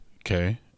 Okay